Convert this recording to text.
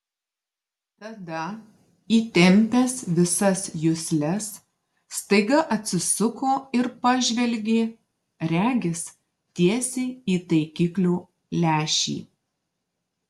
tada įtempęs visas jusles staiga atsisuko ir pažvelgė regis tiesiai į taikiklio lęšį